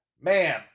Man